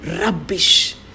rubbish